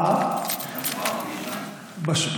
בסדר.